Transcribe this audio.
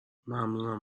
ممنونم